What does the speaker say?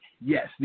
yes